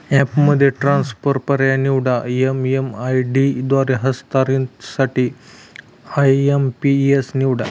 ॲपमध्ये ट्रान्सफर पर्याय निवडा, एम.एम.आय.डी द्वारे हस्तांतरणासाठी आय.एम.पी.एस निवडा